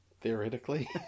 Theoretically